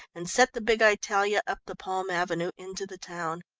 and set the big italia up the palm avenue into the town.